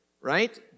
right